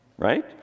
right